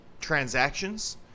transactions